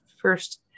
first